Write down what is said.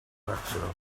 maxwell